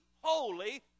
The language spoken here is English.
holy